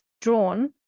drawn